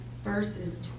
verses